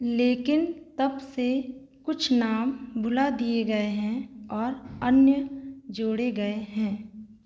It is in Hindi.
लेकिन तब से कुछ नाम भुला दिए गए हैं और अन्य जोड़े गए हैं